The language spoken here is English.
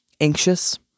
anxious